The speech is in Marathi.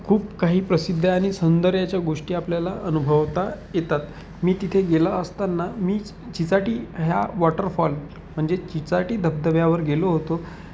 खूप काही प्रसिद्ध आणि सौंदर्याच्या गोष्टी आपल्याला अनुभवता येतात मी तिथे गेलं असताना मीच चिचाटी ह्या वॉटरफॉल म्हणजे चिचाटी धबधब्यावर गेलो होतो